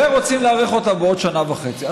ורוצים להאריך אותה בעוד שנה וחצי.